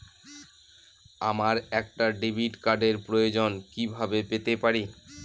আমার একটা ডেবিট কার্ডের প্রয়োজন কিভাবে পেতে পারি?